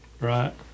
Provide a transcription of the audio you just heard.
Right